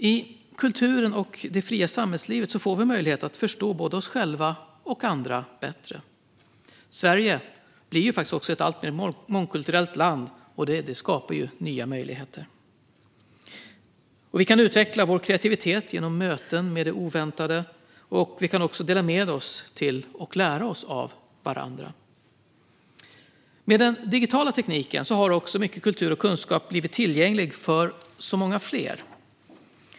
I kulturen och det fria samhällslivet får vi möjlighet att förstå både oss själva och andra bättre. Sverige blir också ett alltmer mångkulturellt land, och det skapar nya möjligheter. Vi kan utveckla vår kreativitet genom möten med det oväntade, och vi kan också dela med oss till och lära oss av varandra. Med den digitala tekniken har också mycket kultur och kunskap blivit tillgänglig för så många fler.